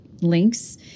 links